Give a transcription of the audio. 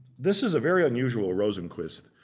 this is a very unusual rosenquist.